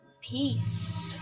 peace